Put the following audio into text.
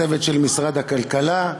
הצוות של משרד הכלכלה,